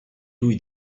lui